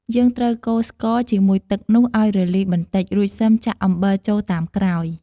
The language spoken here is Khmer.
យើងត្រូវកូរស្ករជាមួយទឹកនោះឱ្យរលាយបន្តិច រួចសិមចាក់អំបិលចូលតាមក្រោយ។